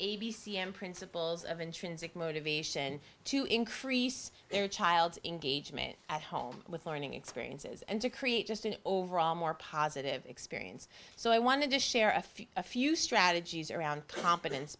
s principles of intrinsic motivation to increase their child's engagement at home with learning experiences and to create just an overall more positive experience so i wanted to share a few a few strategies around confidence